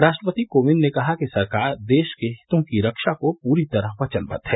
राष्ट्रपति कोविंद ने कहा कि सरकार देश के हितों की रक्षा को पूरी तरह वचनबद्व है